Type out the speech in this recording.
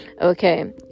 okay